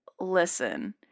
Listen